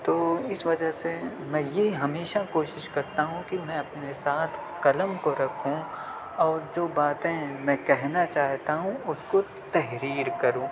تو اس وجہ سے میں یہ ہمیشہ کوشش کرتا ہوں کہ میں اپنے ساتھ قلم کو رکھوں اور جو باتیں میں کہنا چاہتا ہوں اس کو تحریر کروں